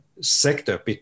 sector